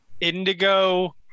indigo